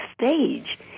stage